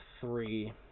three